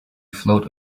float